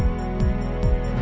and